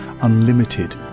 unlimited